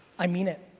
i mean it.